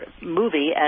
movie